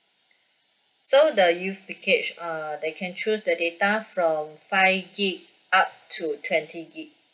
so the youth package err they can choose the data from give gig up to twenty eight